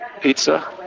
pizza